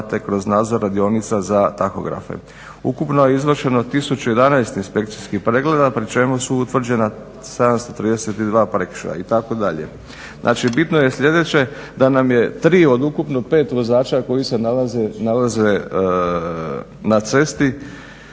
te kroz nadzor radionica za tahografe. Ukupno je izvršeno 1011 inspekcijskih pregleda pri čemu su utvrđena 732 prekršaja itd. znači bitno je sljedeće da nam je tri od ukupno pet vozača koji se nalaze na cesti